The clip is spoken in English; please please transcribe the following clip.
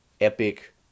epic